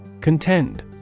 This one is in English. Contend